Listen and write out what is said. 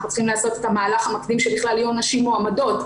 אנחנו צריכים לעשות את המהלך המקדים שבכלל יהיו הנשים מועמדות,